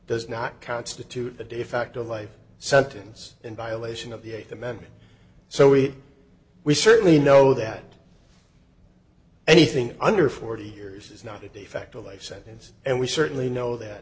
does not constitute a defacto life sentence in violation of the th amendment so we we certainly know that anything under forty years is not a de facto life sentence and we certainly know that